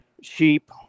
sheep